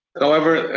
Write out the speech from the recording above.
however,